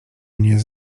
mnie